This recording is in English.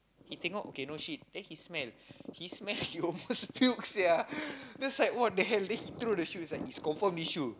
he take out okay no shit then he smell he smell he almost puke sia then it's like what the hell then he throw the shoe he's like is confirm this shoe